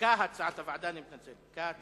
קבוצת